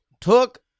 Took